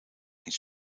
niet